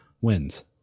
wins